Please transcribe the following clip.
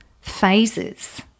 phases